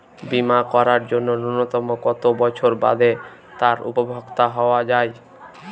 বীমা করার জন্য ন্যুনতম কত বছর বাদে তার উপভোক্তা হওয়া য়ায়?